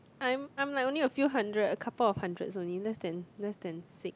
I'm I'm like only a few hundred a couple of hundreds only less than less than six